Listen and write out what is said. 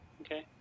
okay